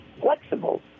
flexible